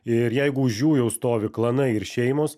ir jeigu už jų jau stovi klanai ir šeimos